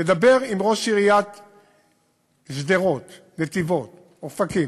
תדבר עם ראש עיריית שדרות, נתיבות, אופקים,